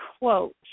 quote